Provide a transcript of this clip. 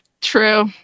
True